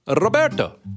Roberto